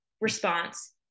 response